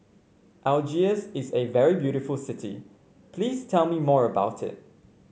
Algiers is a very beautiful city please tell me more about it